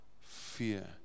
fear